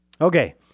Okay